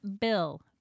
bill